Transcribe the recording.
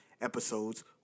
episodes